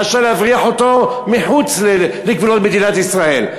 מאשר שיבריחו אותו מחוץ לגבולות מדינת ישראל.